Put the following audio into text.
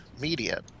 media